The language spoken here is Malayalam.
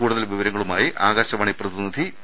കൂടുതൽ വിവരങ്ങളുമായി ആകാശവാണി പ്രതിനിധി പി